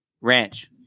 ranch